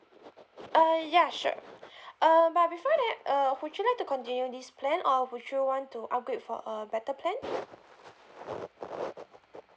uh ya sure uh but before that uh would you like to continue this plan or would you want to upgrade for a better plan